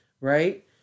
right